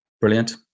Brilliant